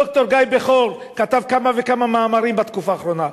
ד"ר גיא בכור כתב כמה וכמה מאמרים בתקופה האחרונה.